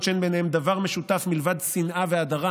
שאין ביניהן דבר משותף מלבד שנאה והדרה,